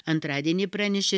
antradienį pranešė